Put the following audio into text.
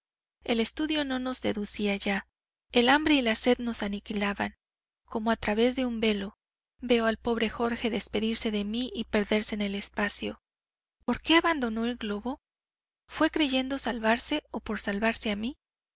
el estudio no nos seducía ya el hambre y la sed nos aniquilaban como a través de un velo veo al pobre jorge despedirse de mí y perderse en el espacio porqué abandonó el globo fue creyendo salvarse o por salvarme a mí